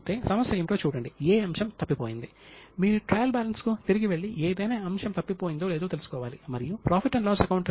Angus Maddison యొక్క లిఖితపూర్వక ప్రాజెక్టులో 32